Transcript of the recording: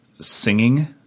singing